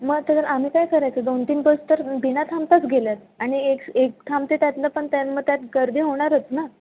मग त्याच्यात आम्ही काय करायचं दोन तीन बस तर बिना थांबताच गेल्या आहेत आणि एक एक थांबते त्यातल्या पण त्यान मग त्यात गर्दी होणारच ना